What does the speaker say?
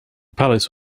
palace